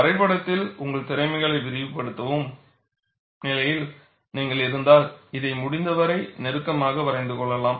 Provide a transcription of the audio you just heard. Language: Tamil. வரைபடத்தில் உங்கள் திறமைகளை விரிவுபடுத்தும் நிலையில் நீங்கள் இருந்தால் இதை முடிந்தவரை நெருக்கமாக வரைந்து கொள்ளலாம்